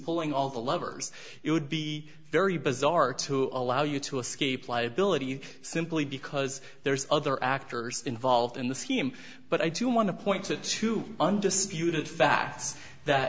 pulling all the levers it would be very bizarre to allow you to escape liability simply because there's other actors involved in the scheme but i do want to point to two undisputed facts that